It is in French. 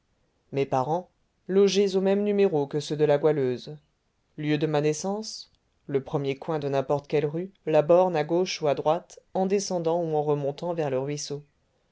mes parents logés au même numéro que ceux de la goualeuse lieu de ma naissance le premier coin de n'importe quelle rue la borne à gauche ou à droite en descendant ou en remontant vers le ruisseau